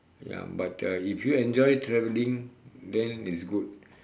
ya but uh if you enjoy traveling then it's good